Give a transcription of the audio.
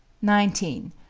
nineteen.